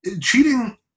Cheating